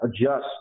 adjust